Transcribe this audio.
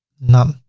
none.